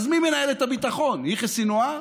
אז מי מנהל את הביטחון, יחיא סנוואר?